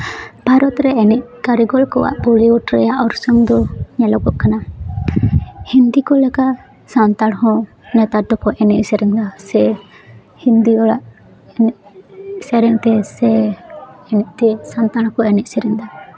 ᱵᱷᱟᱨᱚᱛ ᱨᱮ ᱮᱱᱮᱡ ᱠᱟᱹᱨᱤᱜᱚᱞ ᱠᱚᱣᱟᱜ ᱵᱚᱞᱤᱣᱩᱰ ᱨᱮᱭᱟᱜ ᱚᱨᱥᱚᱝ ᱫᱚ ᱧᱮᱞᱚᱜᱚᱜ ᱠᱟᱱᱟ ᱦᱤᱱᱫᱤ ᱠᱚ ᱞᱮᱠᱟ ᱥᱟᱱᱛᱟᱲ ᱦᱚᱸ ᱱᱮᱛᱟᱨ ᱫᱚᱠᱚ ᱮᱱᱮᱡ ᱥᱮᱨᱮᱧᱟ ᱥᱮ ᱦᱤᱱᱫᱤ ᱦᱚᱲᱟᱜ ᱮᱱᱮᱡ ᱥᱮᱨᱮᱧ ᱛᱮ ᱥᱮ ᱥᱟᱱᱛᱟᱲ ᱦᱚᱸᱠᱚ ᱮᱱᱮᱡ ᱥᱮᱨᱮᱧ ᱮᱫᱟ